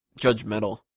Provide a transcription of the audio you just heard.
judgmental